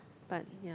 but ya